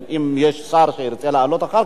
אם יש שר שירצה לעלות אחר כך,